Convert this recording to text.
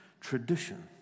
tradition